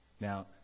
Now